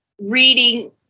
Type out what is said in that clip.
reading